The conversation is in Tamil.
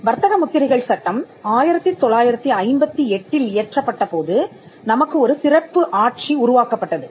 வர்த்தக முத்திரைகள் சட்டம் 1958 இல் இயற்றப்பட்ட போது நமக்கு ஒரு சிறப்பு ஆட்சி உருவாக்கப்பட்டது